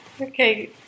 okay